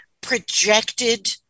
projected